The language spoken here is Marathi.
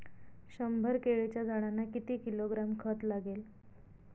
शंभर केळीच्या झाडांना किती किलोग्रॅम खत लागेल?